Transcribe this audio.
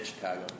Chicago